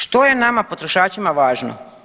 Što je nama potrošačima važno?